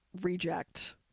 reject